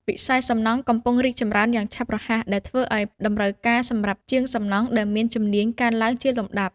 វិស័យសំណង់កំពុងរីកចម្រើនយ៉ាងឆាប់រហ័សដែលធ្វើឱ្យតម្រូវការសម្រាប់ជាងសំណង់ដែលមានជំនាញកើនឡើងជាលំដាប់។